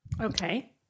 Okay